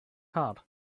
hard